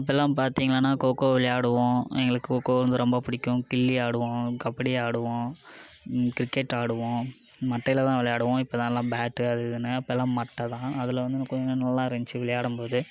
அப்போலாம் பார்த்திங்கன்னா கோகோ விளையாடுவோம் எங்களுக்கு கோகோ ரொம்ப பிடிக்கும் கில்லி ஆடுவோம் கபடி ஆடுவோம் கிரிக்கெட் ஆடுவோம் மட்டையில்தான் விளையாடுவோம் இப்போதான் எல்லாம் பேட் அது இதுனு அப்போலாம் மட்டைதான் அதில் வந்து கொஞ்சம் நல்லா இருந்துச்சு விளையாடும் போது